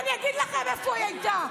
בלי שאני אגיד לכם איפה היא הייתה.